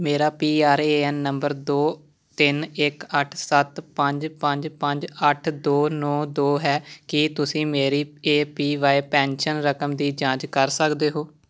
ਮੇਰਾ P R A N number ਦੋ ਤਿੰਨ ਇੱਕ ਅੱਠ ਸੱਤ ਪੰਜ ਪੰਜ ਪੰਜ ਅੱਠ ਦੋ ਨੌਂ ਦੋ ਹੈ ਕੀ ਤੁਸੀਂ ਮੇਰੀ ਏ ਪੀ ਵਾਏ ਪੈਨਸ਼ਨ ਰਕਮ ਦੀ ਜਾਂਚ ਕਰ ਸਕਦੇ ਹੋ